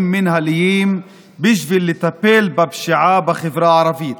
מינהליים בשביל לטפל בפשיעה בחברה הערבית.